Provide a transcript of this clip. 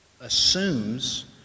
assumes